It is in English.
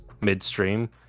midstream